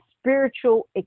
spiritual